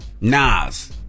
Nas